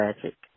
tragic